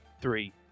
Three